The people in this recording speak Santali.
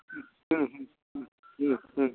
ᱦᱩᱸ ᱦᱩᱸ ᱦᱩᱸ ᱦᱩᱸ ᱦᱩᱸ ᱦᱩᱸ